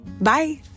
Bye